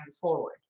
forward